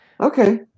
Okay